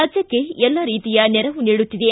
ರಾಜ್ಯಕ್ಷೆ ಎಲ್ಲ ರೀತಿಯ ನೆರವು ನೀಡುತ್ತಿದೆ